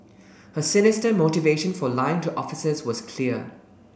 her sinister motivation for lying to officers was clear